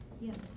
Yes